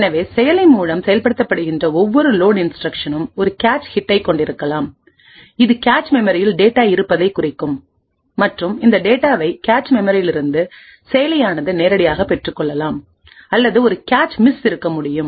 எனவே செயலி மூலம் செயல்படுத்தப்படுகின்றன ஒவ்வொரு லோட் இன்ஸ்டிரக்ஷனும் ஒரு கேச் ஹிட்டைக் கொண்டிருக்கலாம் இது கேச் மெமரியில் டேட்டா இருப்பதைக் குறிக்கும் மற்றும்இந்த டேட்டாவை கேச் மெமரியிலிருந்துசெயலியானது நேரடியாக பெற்றுக்கொள்ளலாம் அல்லது ஒரு கேச் மிஸ் இருக்க முடியும்